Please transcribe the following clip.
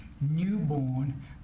newborn